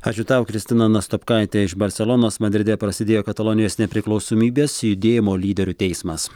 ačiū tau kristina nastopkaitė iš barselonos madride prasidėjo katalonijos nepriklausomybės judėjimo lyderių teismas